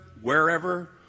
wherever